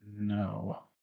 no